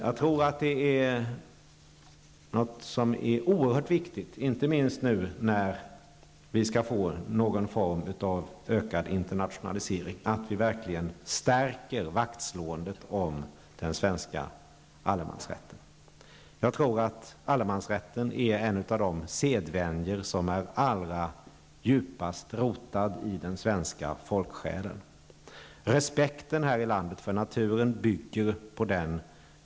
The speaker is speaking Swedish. Jag tror att det är oerhört viktigt, inte minst nu när vi skall få någon form av ökad internationalisering, att vi verkligen stärker vaktslåendet om den svenska allemansrätten. Jag tror att allemansrätten är en av de sedvänjor som är allra djupast rotade i den svenska folksjälen. Respekten här i landet för naturen bygger på den.